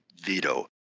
veto